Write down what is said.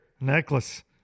Necklace